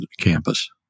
campus